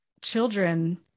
children